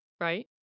right